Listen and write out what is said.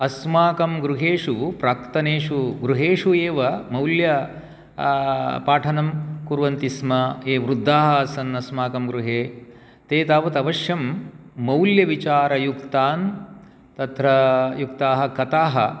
अस्माकं गृहेषु प्राक्तनेषु गृहेषु एव मौल्य पाठनं कुर्वन्ति स्म ये वृद्धाः आसन् अस्माकं गृहे ते तावत् अवश्यं मौल्यविचारयुक्तान् तत्र युक्ताः कथाः